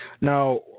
Now